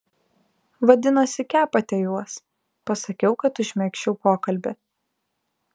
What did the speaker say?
vadinasi kepate juos pasakiau kad užmegzčiau pokalbį